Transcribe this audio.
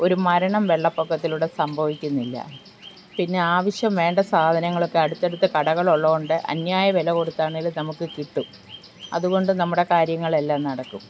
ഒരു മരണം വെള്ളപ്പൊക്കത്തിലൂടെ സംഭവിക്കുന്നില്ല പിന്നെ ആവശ്യം വേണ്ട സാധനങ്ങളൊക്കെ അടുത്തടുത്ത കടകളുള്ളതു കൊണ്ട് അന്യായ വില കൊടുത്താണെങ്കിലും നമുക്കു കിട്ടും അതുകൊണ്ട് നമ്മുടെ കാര്യങ്ങളെല്ലാം നടക്കും